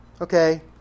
Okay